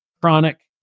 chronic